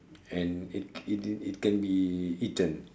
and it can it it it can be eaten